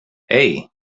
hey